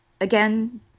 again